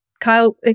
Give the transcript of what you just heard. Kyle